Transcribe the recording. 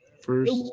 First